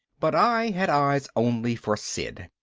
but i had eyes only for sid.